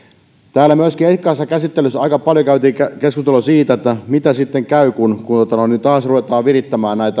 täällä myöskin ekassa käsittelyssä aika paljon käytiin keskustelua siitä mitä sitten käy kun kun ruvetaan taas virittämään